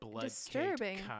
disturbing